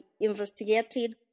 investigated